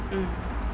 mm